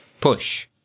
push